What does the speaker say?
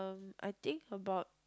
I think about